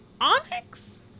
Onyx